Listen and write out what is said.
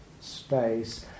space